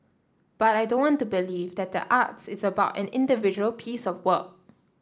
but I don't want to believe that the arts is about an individual piece of work